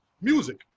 Music